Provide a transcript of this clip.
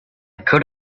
could